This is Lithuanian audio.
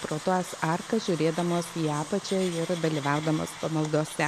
pro tas arkas žiūrėdamos į apačią ir dalyvaudamos pamaldose